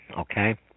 okay